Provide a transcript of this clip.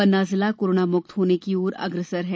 पन्ना जिला कोरोना मुक्त होने की और अग्रसर है